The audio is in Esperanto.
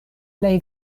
plej